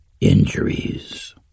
injuries